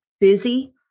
busy